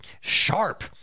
Sharp